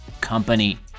Company